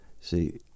See